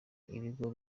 ibigo